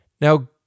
Now